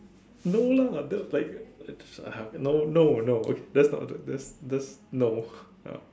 no lah that was like that's uh okay no no no that's not the that's that's no ya